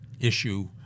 issue